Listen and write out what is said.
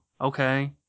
Okay